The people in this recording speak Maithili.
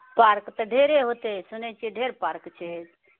पार्क तऽ ढेरे होतए सुनय छिऐ ढेर पार्क छै